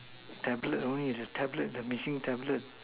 tablet only the tablet machine tablet